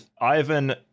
Ivan